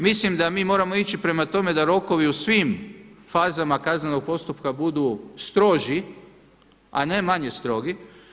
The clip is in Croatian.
Mislim da mi moramo ići prema tome da rokovi u svim fazama kaznenog postupka budu stroži, a ne manje strogi.